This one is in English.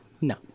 no